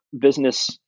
business